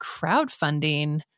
crowdfunding